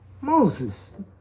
Moses